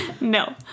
no